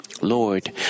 Lord